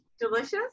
delicious